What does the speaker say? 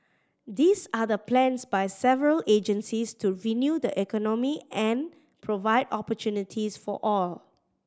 these are the plans by several agencies to renew the economy and provide opportunities for all